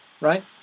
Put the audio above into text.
right